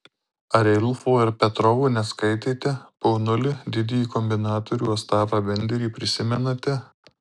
ar ilfo ir petrovo neskaitėte ponuli didįjį kombinatorių ostapą benderį prisimenate